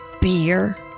Beer